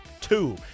two